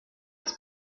was